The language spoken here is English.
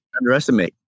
underestimate